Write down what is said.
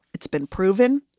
it's been proven